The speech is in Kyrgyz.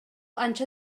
анча